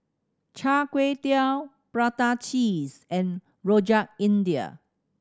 Char Kway Teow prata cheese and Rojak India